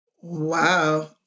Wow